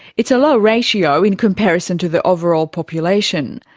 it's a low ratio in comparison to the overall population.